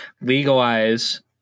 legalize